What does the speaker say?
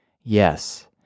Yes